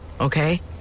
okay